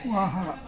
ವಾಹ